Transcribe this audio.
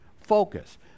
focus